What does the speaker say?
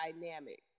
dynamic